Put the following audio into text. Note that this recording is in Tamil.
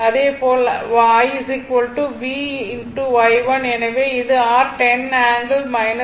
அதேபோல் 1 V r Y1 எனவே இது r 10 ∠ 53